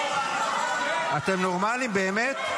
אתם נורמליים, באמת?